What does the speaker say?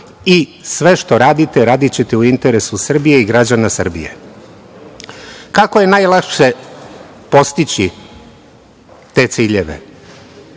i sve što radite, radićete u interesu Srbije i građana Srbije. Kako je najlakše postići te ciljeve?